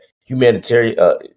humanitarian –